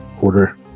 order